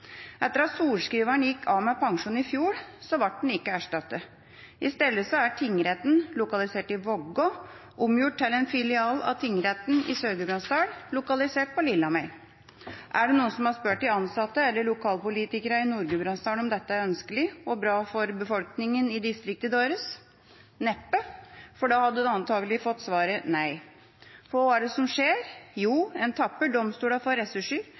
Etter at sorenskriveren gikk av med pensjon i fjor, ble han ikke erstattet. I stedet er tingretten lokalisert i Vågå, omgjort til en filial av tingretten i Sør-Gudbrandsdal, lokalisert på Lillehammer. Er det noen som har spurt de ansatte eller lokalpolitikerne i Nord-Gudbrandsdalen om dette er ønskelig og bra for befolkningen i distriktet deres? Neppe, for da hadde de antakelig fått svaret «nei». For hva er det som skjer? Jo, en tapper domstolene for ressurser,